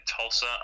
Tulsa